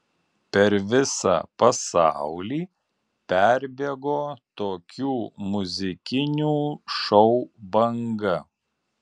per visą pasaulį perbėgo tokių muzikinių šou banga